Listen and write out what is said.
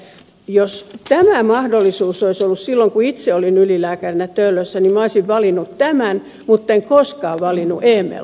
jos tämä mahdollisuus olisi ollut silloin kun itse olin ylilääkärinä töölössä niin minä olisin valinnut tämän mutta en koskaan väliin uuden ja